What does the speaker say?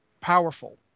powerful